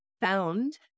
found